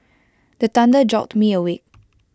the thunder jolt me awake